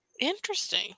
Interesting